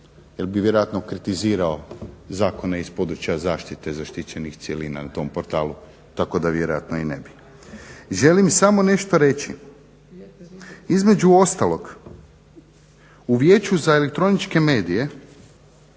jer bi vjerojatno kritizirao zakone iz područja zaštite zaštićenih cjelina na tom portalu. Tako da vjerojatno i ne bi. Želim samo nešto reći, između ostalog u Vijeću za elektroničke medije